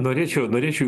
norėčiau norėčiau